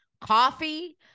coffee